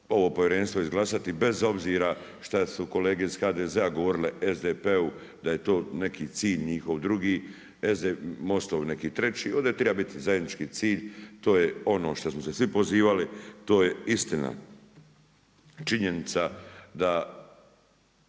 ovo povjerenstvo izglasati bez obzira šta su kolege iz HDZ-a govorile SDP-u da je to neki cilj njihov drugi, MOST-ov neki treći. Ovdje treba biti zajednički cilj to je ono što smo se svi pozivali, to je istina. Činjenica da